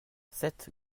cette